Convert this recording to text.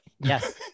Yes